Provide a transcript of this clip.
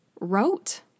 wrote